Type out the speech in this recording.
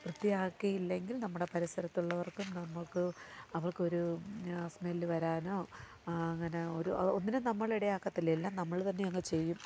വൃത്തിയാക്കിയില്ലെങ്കിൽ നമ്മളുടെ പരിസരത്തുള്ളവർക്കും നമുക്ക് അവർക്കൊരു സ്മെൽ വരാനോ അങ്ങനൊരു ഒന്നിനും നമ്മളിടയാക്കത്തില്ല എല്ലാം നമ്മളുതന്നെയങ്ങ് ചെയ്യും